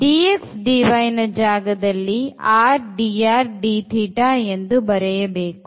dx dy ನ ಜಾಗದಲ್ಲಿrdrdθ ಎಂದು ಬರೆಯಬೇಕು